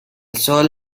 sol